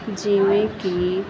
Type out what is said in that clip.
ਜਿਵੇਂ ਕਿ